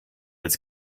als